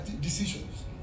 decisions